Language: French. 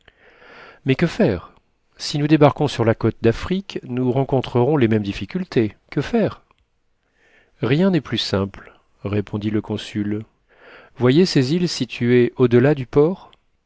mais que faire si nous débarquons sur la côte d'afrique nous rencontrerons les mêmes difficultés que faire rien n'est plus simple répondit le consul voyez ces îles situées au delà du port